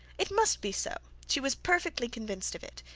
it must be so. she was perfectly convinced of it.